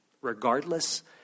regardless